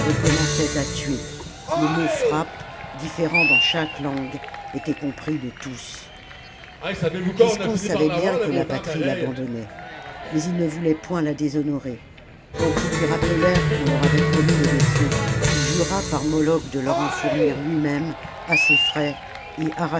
recommençaient à tuer le mot frappe différent dans chaque langue était compris de tous giscon savait bien que la patrie fabandonnait mais il ne voulait point la déshonorer quand ils lui rappelèrent qu'on leur avait promis des vaisseaux il jura par moloch de leur en fournir luimême à ses frais et